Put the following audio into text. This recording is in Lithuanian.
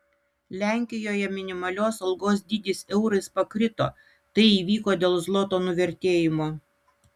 lenkijoje minimalios algos dydis eurais pakrito tai įvyko dėl zloto nuvertėjimo